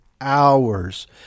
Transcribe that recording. hours